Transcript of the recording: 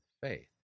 faith